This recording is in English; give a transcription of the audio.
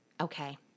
Okay